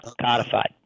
codified